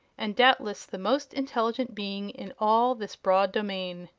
and doubtless the most intelligent being in all this broad domain.